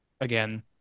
again